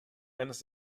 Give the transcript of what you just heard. eines